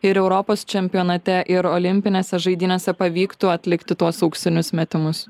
ir europos čempionate ir olimpinėse žaidynėse pavyktų atlikti tuos auksinius metimus